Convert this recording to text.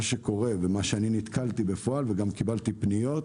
מה שקורה, ונתקלתי בזה בפועל, וגם קיבלתי פניות,